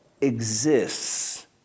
exists